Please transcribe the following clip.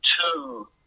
two